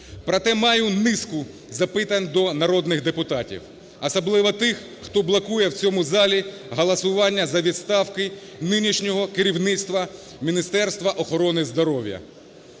Проте маю низку запитань до народних депутатів, особливо тих, хто блокує в цьому залі голосування за відставку нинішнього керівництва Міністерства охорони здоров'я.